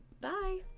Bye